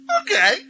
okay